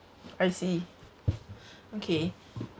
I see okay